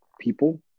people